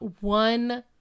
one